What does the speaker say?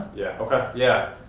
yeah, okay, yeah.